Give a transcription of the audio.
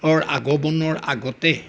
অৰ আগমনৰ আগতে